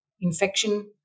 infection